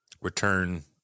return